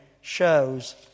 shows